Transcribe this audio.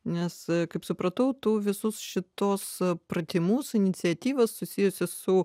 nes kaip supratau tu visus šituos pratimus iniciatyvas susijusias su